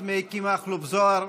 מיקי מכלוף זוהר,